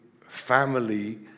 family